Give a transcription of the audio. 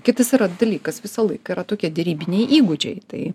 kitas yra dalykas visą laiką yra tokie derybiniai įgūdžiai tai